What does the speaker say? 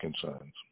concerns